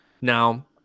Now